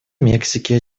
мексики